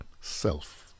self